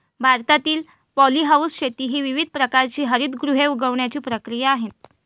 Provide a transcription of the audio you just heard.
भारतातील पॉलीहाऊस शेती ही विविध प्रकारची हरितगृहे उगवण्याची प्रक्रिया आहे